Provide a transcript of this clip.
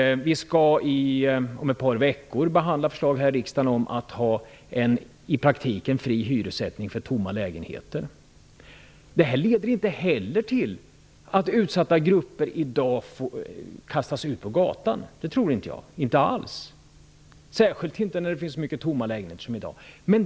Vi skall om ett par veckor behandla ett förslag här i riksdagen om att ha en i praktiken fri hyressättning för tomma lägenheter. Det leder inte heller till att utsatta grupper i dag kastas ut på gatan. Det tror inte jag, inte alls, särskilt inte när det finns så många tomma lägenheter i dag.